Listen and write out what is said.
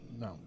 No